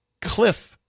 Cliff